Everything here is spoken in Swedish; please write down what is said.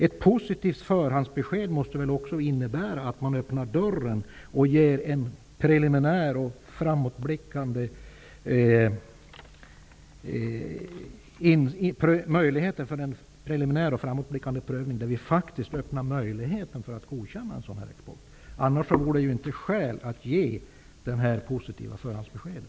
Ett positivt förhandsbesked måste väl också innebära att man öppnar dörren och ger möjligheter för en preliminär och framåtblickande prövning, där vi öppnar möjligheten för att godkänna en sådan här export. Annars vore det inte skäl att ge det positiva förhandsbeskedet.